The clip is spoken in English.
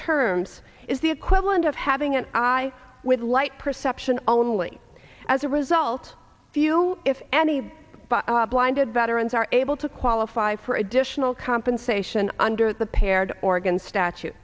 terms is the equivalent of having an eye with light perception only as a result few if any blinded veterans are able to qualify for additional compensation under the paired oregon